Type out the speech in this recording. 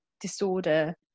disorder